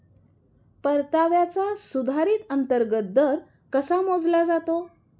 परताव्याचा सुधारित अंतर्गत दर कसा मोजला जातो?